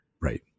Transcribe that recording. Right